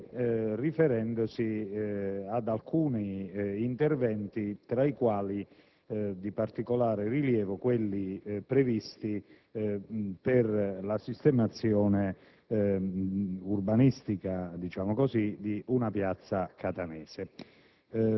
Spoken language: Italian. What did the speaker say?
e riferendosi altresì ad alcuni interventi tra i quali, di particolare rilievo, quelli previsti per - diciamo così - la sistemazione urbanistica di una piazza catanese.